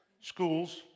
schools